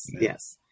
yes